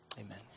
amen